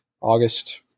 August